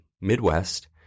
Midwest